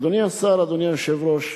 אדוני השר, אדוני היושב-ראש,